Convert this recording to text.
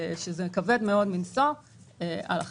וזה כבד מאוד מנשוא על החברה.